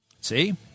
See